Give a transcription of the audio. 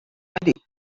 وحدي